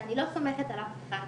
שאני לא סומכת על אף אחד.